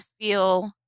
feel